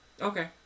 Okay